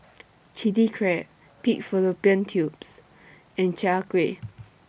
Chilli Crab Pig Fallopian Tubes and Chai Kueh